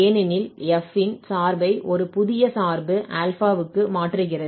ஏனெனில் f இன் சார்பை ஒரு புதிய சார்பு α க்கு மாற்றுகிறது